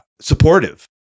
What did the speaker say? supportive